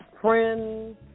friends